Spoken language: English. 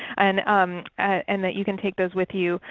and um and that you can take those with you.